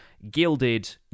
gilded